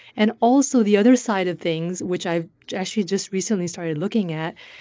and also, the other side of things, which i actually just recently started looking at,